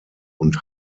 und